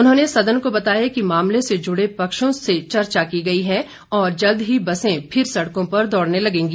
उन्होंने सदन को बताया कि मामले से जुड़े पक्षों से चर्चा की गई है और जल्द ही बसें फिर सड़कों पर दौड़ने लगेंगी